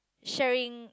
sharing